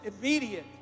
immediate